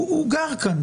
הוא גר כאן.